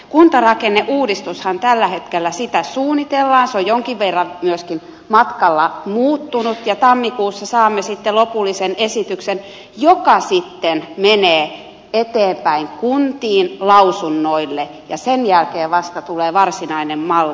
kuntarakenneuudistustahan tällä hetkellä suunnitellaan se on jonkin verran myöskin matkalla muuttunut ja tammikuussa saamme sitten lopullisen esityksen joka sitten menee eteenpäin kuntiin lausunnoille ja sen jälkeen vasta tulee varsinainen malli